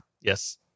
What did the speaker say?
Yes